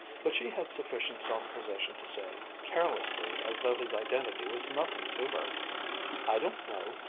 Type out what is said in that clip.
but she had sufficient self-possession to say, carelessly as though his identity was nothing to her i don't know.